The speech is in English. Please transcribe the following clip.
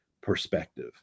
perspective